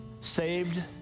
Saved